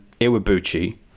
Iwabuchi